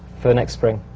for the next spring.